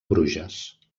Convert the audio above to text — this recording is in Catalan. bruges